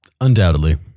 Undoubtedly